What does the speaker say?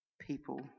people